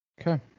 Okay